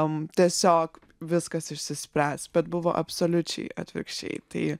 am tiesiog viskas išsispręs bet buvo absoliučiai atvirkščiai tai